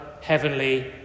heavenly